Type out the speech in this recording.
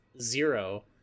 Zero